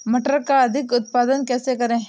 मटर का अधिक उत्पादन कैसे करें?